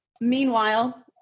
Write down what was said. Meanwhile